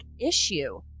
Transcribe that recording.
issue